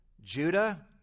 Judah